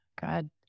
god